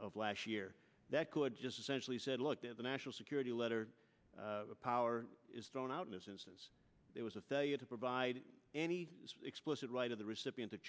of last year that could just essential he said look at the national security letter power is thrown out in this instance it was a failure to provide any explicit right of the recipient